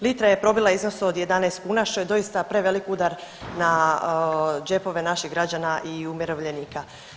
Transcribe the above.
Litra je probila iznos od 11 kuna što je doista prevelik udar na džepove naših građana i umirovljenika.